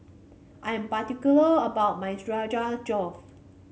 I am particular about my Josh